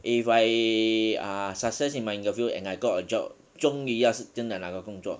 if I err success in my interview and I got a job 终于要是真的拿到工作